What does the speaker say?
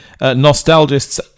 Nostalgists